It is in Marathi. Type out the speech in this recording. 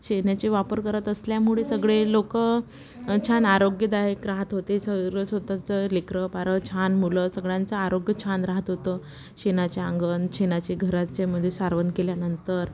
शेणाचे वापर करत असल्यामुळे सगळे लोकं छान आरोग्यदायक राहात होते सहर स्वतचं लेकरं बाळ छान मुलं सगळ्यांचं आरोग्य छान राहत होतं शेणाच्या अंगण शेणाचे घराच्यामध्ये सारवण केल्यानंतर